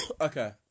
Okay